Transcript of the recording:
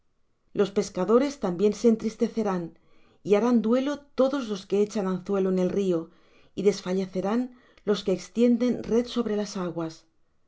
los pescadores también se entristecerán y harán duelo todos los que echan anzuelo en el río y desfallecerán los que extienden red sobre las aguas